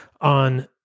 on